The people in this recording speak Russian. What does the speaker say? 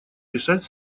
решать